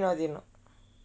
enna seiyanum